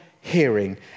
hearing